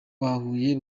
bahuye